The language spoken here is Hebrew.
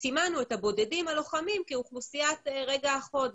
סימנו את הבודדים הלוחמים כאוכלוסיית החוד.